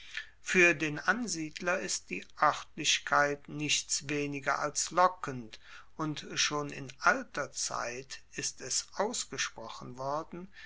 fuer den ansiedler ist die oertlichkeit nichts weniger als lockend und schon in alter zeit ist es ausgesprochen worden